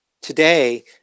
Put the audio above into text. today